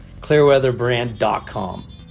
clearweatherbrand.com